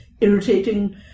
irritating